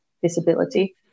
visibility